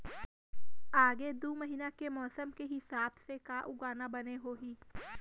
आगे दू महीना के मौसम के हिसाब से का उगाना बने होही?